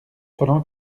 pendant